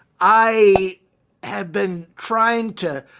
i had been trying to,